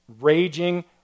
raging